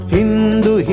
Hindu